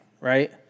right